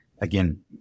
again